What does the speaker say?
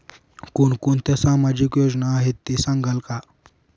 कोणकोणत्या सामाजिक योजना आहेत हे सांगाल का?